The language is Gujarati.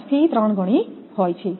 5 થી 3 ગણી હોય છે